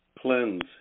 cleanse